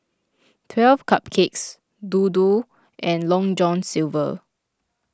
twelve Cupcakes Dodo and Long John Silver